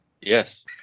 Yes